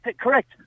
Correct